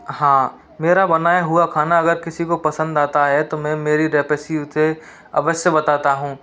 हाँ मेरा बनाया हुआ खाना अगर किसी को पसंद आता है तो मैं मेरी रेपेसी उसे अवश्य बताता हूँ